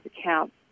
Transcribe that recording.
accounts